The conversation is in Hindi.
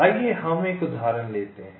आइए हम एक उदाहरण लेते हैं